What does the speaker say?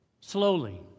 Slowly